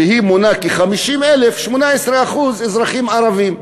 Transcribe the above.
שמונה כ-50,000, 18% אזרחים ערבים.